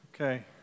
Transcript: Okay